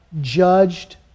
judged